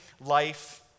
life